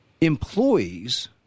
Employees